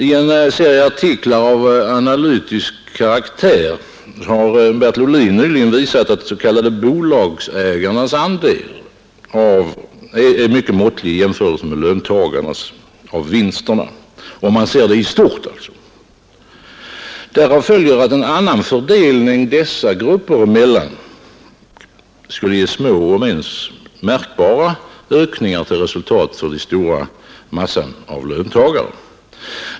I en serie artiklar av analytisk karaktär har Bertil Ohlin nyligen visat att de s.k. bolagsägarnas andel av vinsterna är mycket måttlig i jämförelse med löntagarnas om man ser det i stort. Därav följer att en annan fördelning dessa grupper emellan skulle ge små om ens märkbara ökningar till resultat för den stora massan av löntagare.